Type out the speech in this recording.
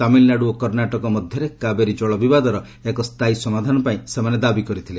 ତାମିଲନାଡ଼ୁ ଓ କର୍ଷାଟକ ମଧ୍ୟରେ କାବେରୀ ଜଳବିବାଦର ଏକ ସ୍ଥାୟୀ ସମାଧାନ ପାଇଁ ସେମାନେ ଦାବି କରିଥିଲେ